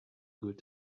good